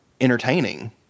entertaining